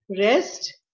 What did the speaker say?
rest